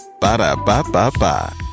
Ba-da-ba-ba-ba